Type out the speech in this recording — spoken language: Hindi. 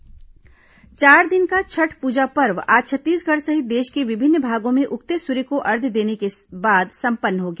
छठ पर्व चार दिन का छठ पूजा पर्व आज छत्तीसगढ़ सहित देश के विभिन्न भागों में उगते सूर्य को अर्घ्य देने के बाद संपन्न हो गया